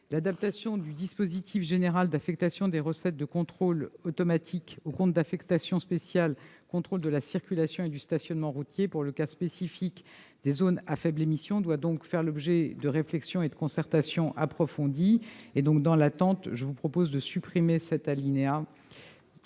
L'adaptation du dispositif général d'affectation des recettes de contrôle automatique au compte d'affectation spéciale « Contrôle de la circulation et du stationnement routiers » pour le cas spécifique des zones à faibles émissions doit donc faire l'objet de réflexions et de concertations approfondies. En attendant, je vous propose de supprimer l'alinéa